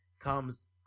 comes